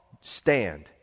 Stand